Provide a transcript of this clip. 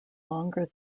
longer